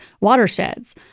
watersheds